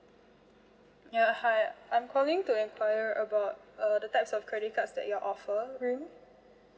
ya hi I'm calling to enquire about uh the types of credit cards that you're offering